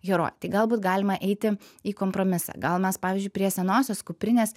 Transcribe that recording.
herojai tai galbūt galima eiti į kompromisą gal mes pavyzdžiui prie senosios kuprinės